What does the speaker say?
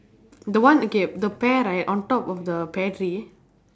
the one okay the pear right on top of the pear tree